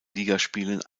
ligaspielen